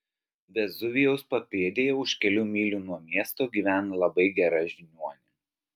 vezuvijaus papėdėje už kelių mylių nuo miesto gyvena labai gera žiniuonė